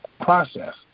process